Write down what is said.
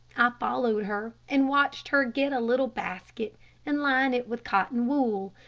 i followed her, and watched her get a little basket and line it with cotton wool.